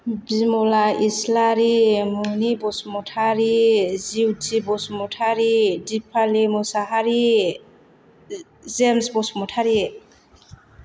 Bimla Islari Muni Basumatary Jiuthi Basumatary Diphali Mushahary James Basumatary